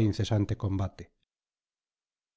incesante combate